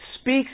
speaks